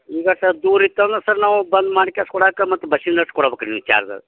ಈಗ ಸಲ್ಪ ದೂರ ಇತ್ತಂದ್ರೆ ಸರ್ ನಾವು ಬಂದು ಮಾಡ್ಕ್ಯಾಸ್ ಕೊಡಕ್ಕ ಮತ್ತು ಬಸ್ಸಿಂದು ಅಷ್ಟು ಕೊಡ್ಬೇಕು ರೀ ನೀವು ಚಾರ್ಜ